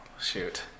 shoot